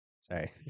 Sorry